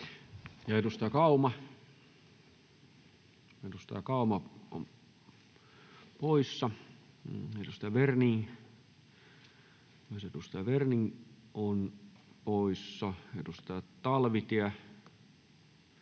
Edustaja Kauma poissa, myös edustaja Werning on poissa, edustaja Talvitiekin on poissa